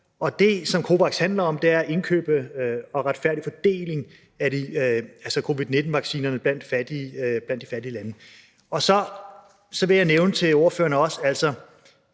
det, som COVAX handler om, er at indkøbe og sørge for en retfærdig fordeling af covid-19-vaccinerne blandt de fattige lande. Så vil jeg også nævne for ordførerne,